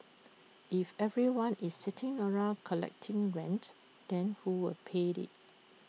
and if everyone is sitting around collecting rent then who will pay IT